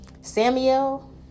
Samuel